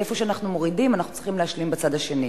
איפה שאנחנו מורידים אנחנו צריכים להשלים בצד השני.